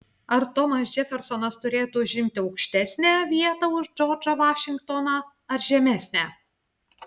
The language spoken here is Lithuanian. ar tomas džefersonas turėtų užimti aukštesnę vietą už džordžą vašingtoną ar žemesnę